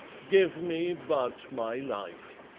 give me but my life.